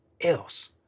else